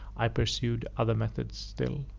i pursued other methods still.